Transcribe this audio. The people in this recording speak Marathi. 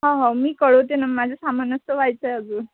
हो हो मी कळवते नं माझं सामानच तर व्हायचं आहे अजून